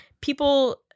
people